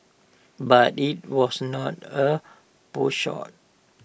but IT was not A potshot